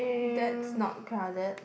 that's not crowded